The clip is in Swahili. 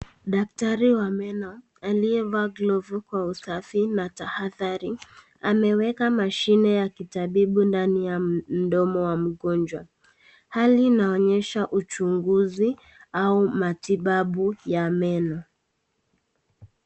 Daktari wa meno aliyevaa glovu kwa usafi na tahadhari, ameweka mashini ya kitabibu ndani ya mdomo wa mgonjwa. Hali inaonyesha uchuguzi au matibabu ya meno.